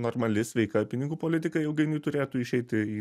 normali sveika pinigų politika ilgainiui turėtų išeiti į